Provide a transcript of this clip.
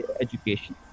education